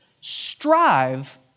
Strive